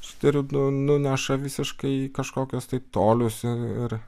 sutirpdo nuneša visiškai į kažkokius tai tolius ir